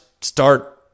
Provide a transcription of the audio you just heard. start